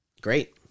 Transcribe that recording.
Great